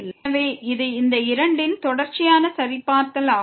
எனவே இது இந்த இரண்டின் தொடர்ச்சியின் சரிபார்த்தல் ஆகும்